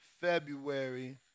February